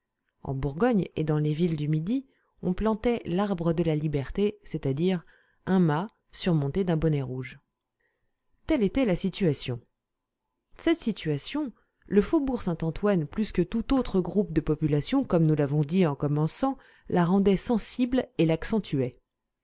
en bourgogne et dans les villes du midi on plantait l'arbre de la liberté c'est-à-dire un mât surmonté d'un bonnet rouge telle était la situation cette situation le faubourg saint-antoine plus que tout autre groupe de population comme nous l'avons dit en commençant la rendait sensible et l'accentuait